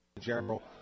general